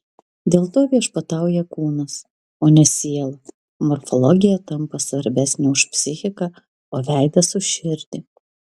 dėl to viešpatauja kūnas o ne siela morfologija tampa svarbesnė už psichiką o veidas už širdį